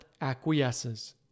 acquiesces